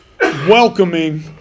welcoming